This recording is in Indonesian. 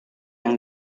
yang